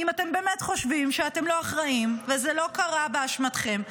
אם אתם באמת חושבים שאתם לא אחראים וזה לא קרה באשמתכם,